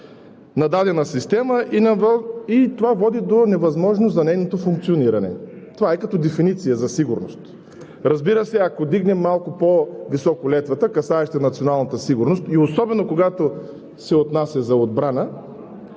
на дадена система. Това води до невъзможност за нейното функциониране. Това е като дефиниция за сигурност. Разбира се, ако вдигнем малко по-високо летвата, касаеща националната сигурност, и особено, когато се отнася за отбрана,